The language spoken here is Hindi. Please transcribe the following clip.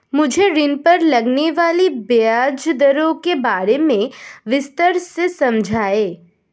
मुझे ऋण पर लगने वाली ब्याज दरों के बारे में विस्तार से समझाएं